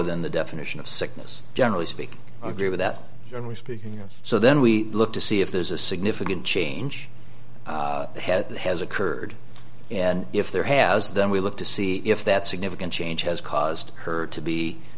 within the definition of sickness generally speaking i agree with that and we speak you know so then we look to see if there's a significant change has has occurred and if there has then we look to see if that significant change has caused her to be